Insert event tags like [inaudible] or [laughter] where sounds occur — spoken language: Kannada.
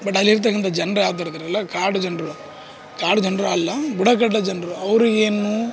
ಬಟ್ ಅಲ್ಲಿರ್ತಕ್ಕಂಥ ಜನರ [unintelligible] ಕಾಡು ಜನರು ಕಾಡು ಜನರು ಅಲ್ಲ ಬುಡಕಟ್ಟು ಜನರು ಅವರಿಗೇನು